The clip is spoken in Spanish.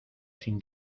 sin